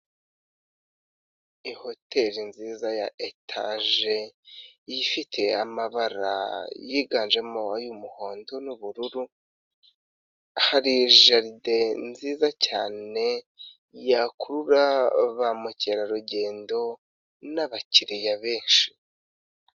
I hoteli nziza ya etaje, ifite amabara yiganjemo ay'umuhondo n'ubururu, hari jaride nziza cyane yakurura ba mukerarugendo n'abakiriya benshi.